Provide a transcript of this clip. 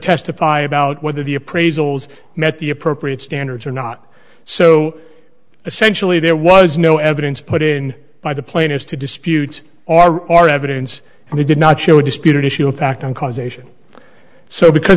testify about whether the appraisals met the appropriate standards or not so essentially there was no evidence put in by the players to dispute our our evidence and they did not show disputed issue of fact on causation so because